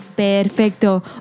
Perfecto